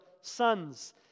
sons